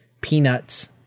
peanuts